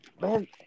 Man